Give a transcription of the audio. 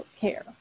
care